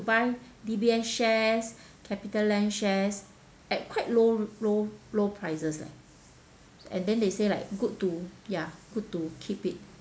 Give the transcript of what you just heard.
buy D_B_S shares capitaland shares at quite low low low prices leh and then they say like good to ya good to keep it